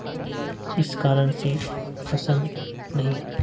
इस कारण से पसंद नहीं है